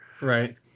right